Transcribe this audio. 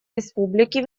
республики